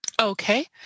Okay